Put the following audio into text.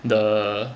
the